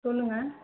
சொல்லுங்கள்